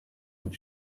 when